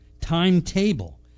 timetable